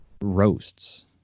roasts